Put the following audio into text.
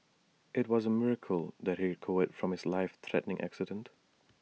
IT was A miracle that he recovered from his life threatening accident